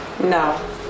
No